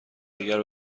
دیگر